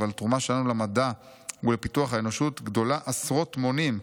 אבל התרומה שלנו למדע ולפיתוח האנושות גדולה עשרות מונים,